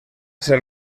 ser